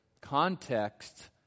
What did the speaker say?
context